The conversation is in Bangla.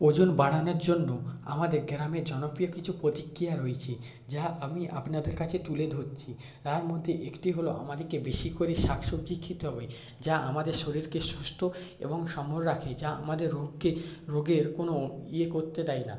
ওজন বাড়ানোর জন্য আমাদের গ্রামে জনপ্রিয় কিছু প্রতিক্রিয়া রয়েছে যা আমি আপনাদের কাছে তুলে ধরছি তার মধ্যে একটি হলো আমাদেরকে বেশি করে শাকসবজি খেতে হবে যা আমাদের শরীরকে সুস্থ এবং সবল রাখে যা আমাদের রোগকে রোগের কোনও ইয়ে করতে দেয় না